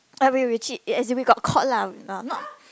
we we cheat as in we got caught lah uh not